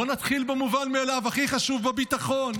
בואו נתחיל במובן מאליו, הכי חשוב, הביטחון.